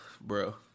bro